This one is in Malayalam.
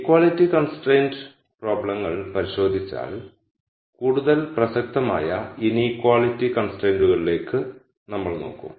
ഇക്വാളിറ്റി കൺസ്ട്രൈന്റു പ്രോബ്ളങ്ങൾ പരിശോധിച്ചാൽ കൂടുതൽ പ്രസക്തമായ ഇനീക്വാളിറ്റി കൺസ്ട്രൈന്റുകളിലേക്ക് നമ്മൾ നോക്കും